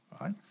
right